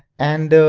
and,